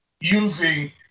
using